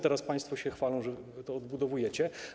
Teraz państwo się chwalą, że je odbudowujecie.